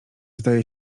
zdaje